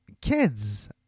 kids